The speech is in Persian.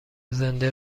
زنده